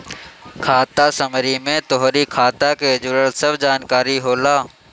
खाता समरी में तोहरी खाता के जुड़ल सब जानकारी होला